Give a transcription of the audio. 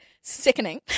Sickening